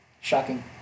Shocking